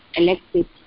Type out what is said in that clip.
elected